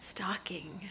Stalking